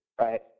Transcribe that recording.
right